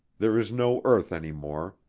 there is no earth any more,